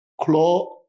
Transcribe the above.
claw